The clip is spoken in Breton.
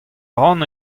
ran